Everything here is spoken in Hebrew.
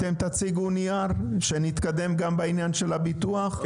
אתם תציגו נייר שנתקדם גם בעניין של הביטוח?